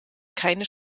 keine